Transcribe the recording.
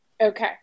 Okay